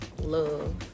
love